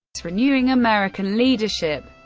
renewing american leadership,